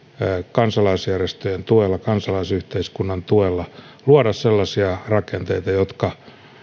kansalaisjärjestöjen tuella kansalaisyhteiskunnan tuella luoda sellaisia rakenteita jotka